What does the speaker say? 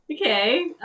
Okay